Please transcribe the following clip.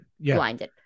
blinded